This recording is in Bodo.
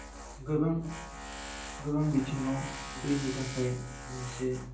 गोबां गोबां बिथिङाव दैनि थाखाय मोनसे